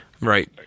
Right